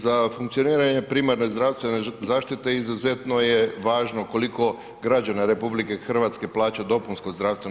Za funkcioniranje primarne zdravstvene zaštite izuzetno je važno koliko građana RH plaća DZO.